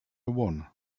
one